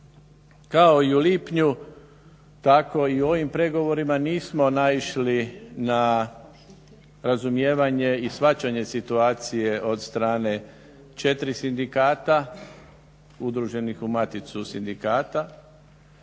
kao i u lipnju tako i u ovim pregovorima nismo naišli na razumijevanje i shvaćanje situacije od strane 4 sindikata udruženih u Maticu sindikata.